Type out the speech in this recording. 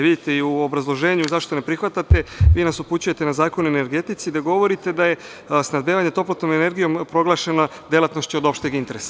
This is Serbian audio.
Vidite, i u obrazloženju zašto ne prihvatate vi nas upućujete na Zakon o energetici, gde govorite da je snabdevanje toplotnom energijom proglašena delatnošću od opšteg interesa.